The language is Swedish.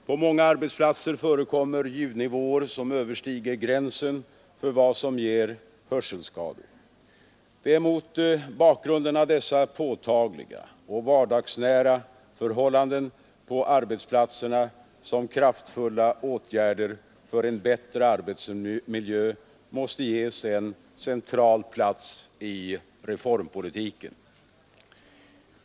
På många arbetsplatser förekommer ljudnivåer som överstiger gränsen för vad som ger hörselskador. Det är mot bakgrunden av dessa påtagliga och vardagsnära förhållanden på arbetsplatserna som kraftfulla åtgärder för en bättre arbetsmiljö måste ges en central plats i reformpolitiken.